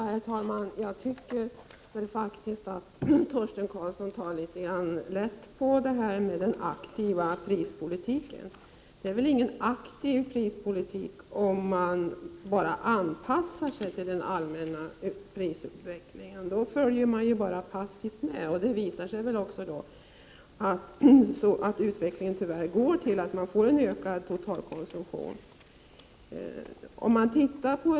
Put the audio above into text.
Herr talman! Jag tycker faktiskt att Torsten Karlsson tar litet lätt på den aktiva prispolitiken. En anpassning till den allmänna prisutvecklingen innebär väl ingen aktiv prispolitik. Då följer man ju bara passivt med. Det visar sig ju tyvärr att utvecklingen går i den riktningen att totalkonsumtionen ökar.